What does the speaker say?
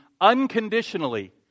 unconditionally